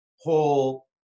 whole